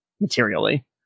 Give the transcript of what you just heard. materially